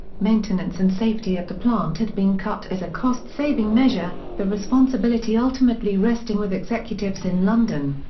maintenance and safety at the plant had been cut as a cost-saving measure, the responsibility ultimately resting with executives in london.